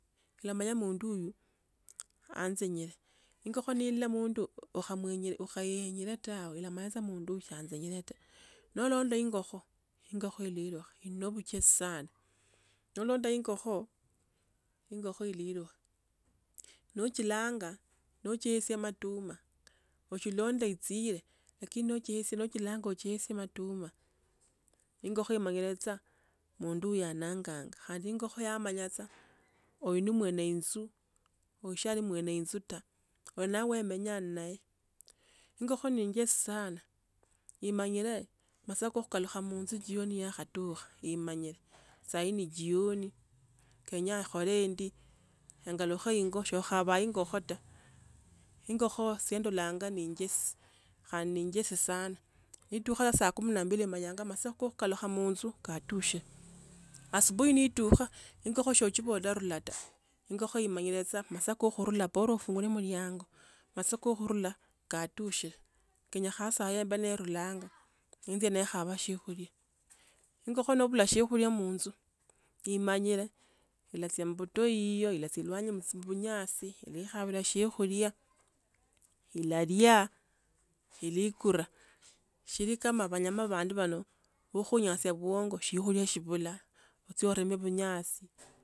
Ila manya mundu huyu, yanyelee. Ingokho nelola mundu, khu kha mwenye khokhaenyele tawe ila manya sa mundu huyu sa yanyele ta. No olonda ingokho, ingokho ilelikha, inopuche sana, no londa ingokho, ingokho iliiro, no chilaanga, no chieswa matuma, uchilonde ichile lakini na uchilanga mchieswe matuma, ingokho imanyile saa mundu huyu yananganga. Khandi ingokho yamanya saa, uno ni mwenye inzu, huno sa ali mwenye inzu ta, onawe menyanae. Ing'okho ne enjesi sana, imanyile masaa kho khalU khamunzi jioni ya khatukha imanyile sai ne jioni. Kenya khole indi, engalukhe ingo so khaba ingokho ta. Ing'okho itse ndola nga ne injesi khani injesi saana. Netuka saa kumi na mbili imanya masaa ka kukalukha munju katukhe. Asubuhi ne etukha, ingokho so ochibola nulata, ingokho imanyile saa masaa ko khunula bora ufungulie mlango. Masaa ko khurula katushele kenya kha sai mbele rulanga, kukhaba siokhulia. Ing'okho no phula shekuya munju, imanyire, ilacha mubuthooyi ila silwanye mchimbunyasi, neikhabilia siokhulia. Ilalia, ilekhuna. Si ili singa banyama bandu bano, ko kho nyasi abuongo siokhulia shibuila, otwora bunyasi.